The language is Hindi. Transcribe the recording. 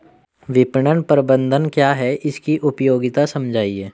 विपणन प्रबंधन क्या है इसकी उपयोगिता समझाइए?